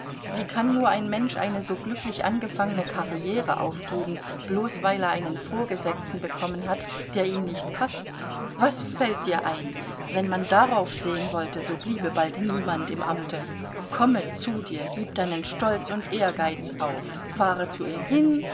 wie kann nur ein mensch eine so glücklich angefangene karriere aufgeben bloß weil er einen vorgesetzten bekommen hat der ihm nicht paßt was fällt dir ein wenn man darauf sehen wollte so bliebe bald niemand im amte komme zu dir gib deinen stolz und ehrgeiz auf fahre zu ihm hin